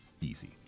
easy